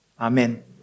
Amen